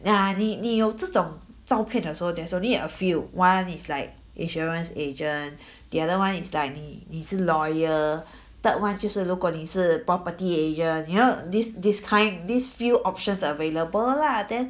ya 你你用这种照片的时候 there's only a few one is like insurance agent the other one is like 你你是 lawyer third one 就是如果你是 property agent you know this this kind this few options available lah then